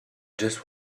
just